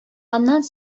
аннан